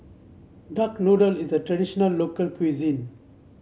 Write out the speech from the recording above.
Duck Noodle is a traditional local cuisine